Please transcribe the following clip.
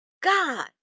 God